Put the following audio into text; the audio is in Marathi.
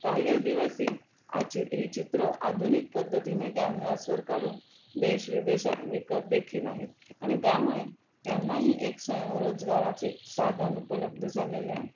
काही अदिवासी याची ही चित्र आधुनिक पद्धतीने कॅनव्हसवर काढून देश विदेशात विकत देखील आहेत आणि त्यामुळे त्यांनाही एक स्वयंरोजगाराचे साधन उपलब्ध झालेले आहे